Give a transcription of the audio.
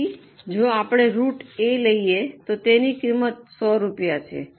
તેથી જો આપણે રૂટ A લઈએ તો તેની કિંમત 100 રૂપિયા છે